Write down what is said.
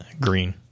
Green